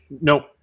Nope